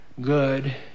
good